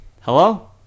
hello